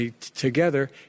together